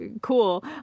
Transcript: cool